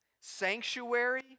sanctuary